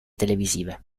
televisive